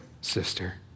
sister